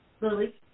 Lily